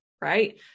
right